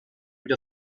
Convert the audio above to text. with